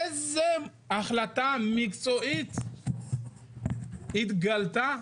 איזו החלטה מקצועית התגלתה,